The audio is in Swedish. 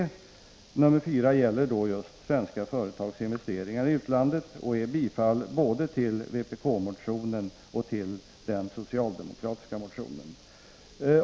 Reservation 4 gäller just svenska företags investeringar i utlandet och innebär bifall både till vpk-motionen och till den socialdemokratiska motionen.